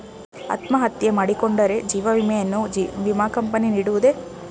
ಅತ್ಮಹತ್ಯೆ ಮಾಡಿಕೊಂಡರೆ ಜೀವ ವಿಮೆಯನ್ನು ವಿಮಾ ಕಂಪನಿ ನೀಡುವುದೇ?